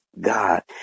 God